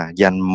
dành